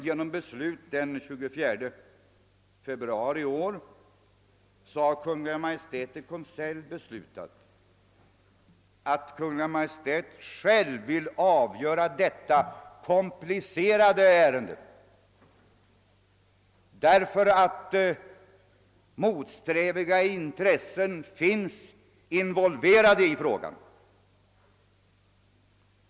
Genom beslut den 24 februari i år har Kungl. Maj:t i konselj beslutat att Kungl. Maj:t själv skall avgöra detta komplicerade ärende, eftersom så motstridiga intressen är involverade i frågan.